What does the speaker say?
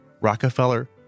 Rockefeller